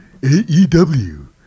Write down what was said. AEW